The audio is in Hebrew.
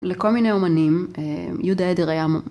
לכל מיני אומנים, יהודה עדר היה.